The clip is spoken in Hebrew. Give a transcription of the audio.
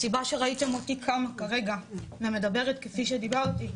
הסיבה שראיתם אותי קמה כרגע ומדברת כפי שדיברתי,